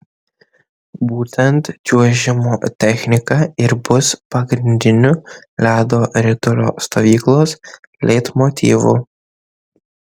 būtent čiuožimo technika ir bus pagrindiniu ledo ritulio stovyklos leitmotyvu